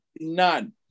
None